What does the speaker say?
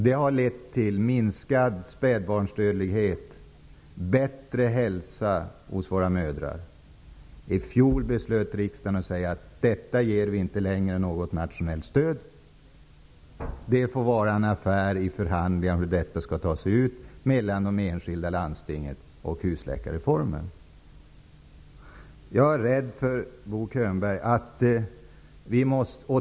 Detta har lett till minskad spädbarnsdödlighet och bättre hälsa hos våra mödrar. I fjol beslöt riksdagen att säga: Detta ger vi inte längre något nationellt stöd. Det får vara en affär för förhandlingar hos de enskilda landstingen i samband med husläkarreformen.